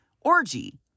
orgy